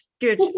good